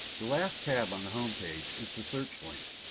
the last tab on the home page is the search link.